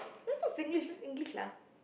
this is not Singlish this is English lah